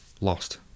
Lost